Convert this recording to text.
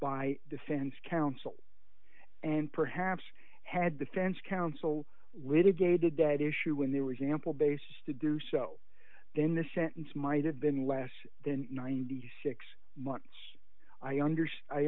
by defense counsel and perhaps had defense counsel litigated that issue when they were example basis to do so then the sentence might have been less than ninety six months i